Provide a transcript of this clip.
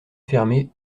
fermées